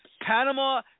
Panama